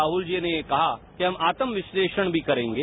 राहुल जी ने ये कहा कि हम आत्म विस्लेषण भी करेंगे